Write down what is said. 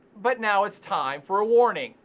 but now it's time for a warning,